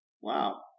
Wow